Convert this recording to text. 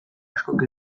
askok